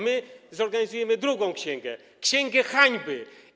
My zorganizujemy drugą księgę, księgę hańby.